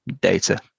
data